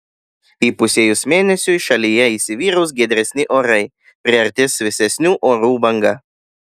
įpusėjus mėnesiui šalyje įsivyraus giedresni orai priartės vėsesnių orų banga